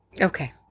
Okay